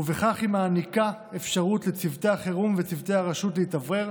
ובכך היא מעניקה אפשרות לצוותי החירום וצוותי הרשות להתאוורר,